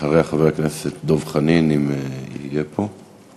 אחריה, חבר הכנסת דב חנין, אם יהיה פה.